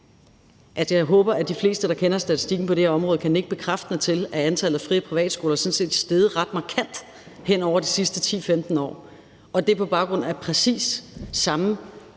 jeg håber, at de fleste, der kender statistikken på det her område, kan nikke bekræftende til, at antallet af fri- og privatskoler sådan set er steget ret markant hen over de sidste 10-15 år, og det er på baggrund af præcis samme